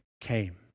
came